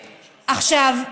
אמרתי: הממשלה.